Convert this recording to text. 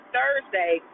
Thursday